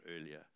earlier